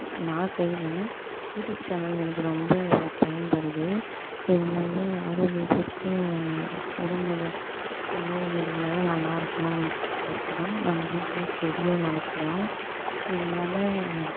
நான் செய்வேன் YouTube channel எனக்கு ரொம்ப பயன்படுது இது வந்து ஆரோக்கியத்திற்கும் உடம்பில் நோய் நொடி இல்லாத நல்லாயிருக்கணுன்றதுக்கொசரம் நாங்கள் வீட்டில் செடியும் வளர்க்குறோம் இதனால